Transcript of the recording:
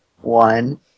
one